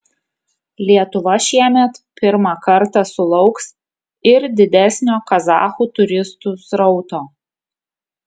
lietuva šiemet pirmą kartą sulauks ir didesnio kazachų turistų srauto